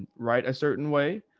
write a certain way.